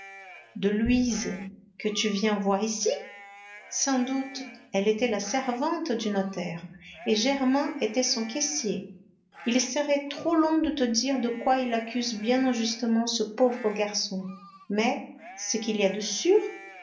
de louise que tu viens voir ici sans doute elle était la servante du notaire et germain était son caissier il serait trop long de te dire de quoi il accuse bien injustement ce pauvre garçon mais ce qu'il y a de sûr